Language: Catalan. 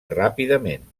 ràpidament